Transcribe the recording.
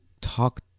talk